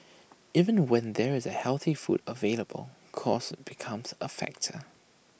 even the when there is healthy food available cost becomes A factor